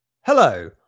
Hello